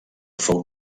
fou